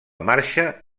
marxa